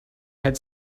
had